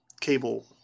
Cable